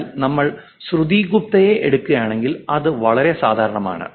എന്നാൽ നമ്മൾ ശ്രുതി ഗുപ്ത യെ എടുക്കുകയാണെങ്കിൽ അത് വളരെ സാധാരണമാണ്